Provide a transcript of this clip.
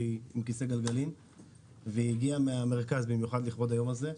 שהיא עם כיסא גלגלים והגיעה מן המרכז במיוחד לכבוד היום הזה.